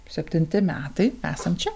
septinti metai esam čia